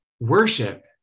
Worship